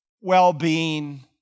well-being